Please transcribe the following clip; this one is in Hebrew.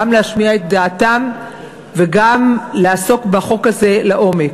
להשמיע את דעתם וגם לעסוק בחוק הזה לעומק.